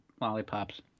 lollipops